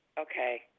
okay